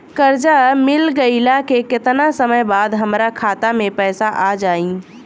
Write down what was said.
कर्जा मिल गईला के केतना समय बाद हमरा खाता मे पैसा आ जायी?